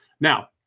Now